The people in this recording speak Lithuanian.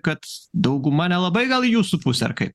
kad dauguma nelabai gal į jūsų pusę ar kai